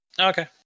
Okay